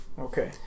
Okay